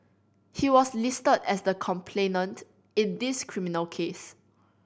he was listed as the complainant in this criminal case